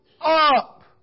up